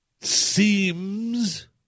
seems